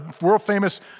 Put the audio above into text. world-famous